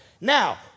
Now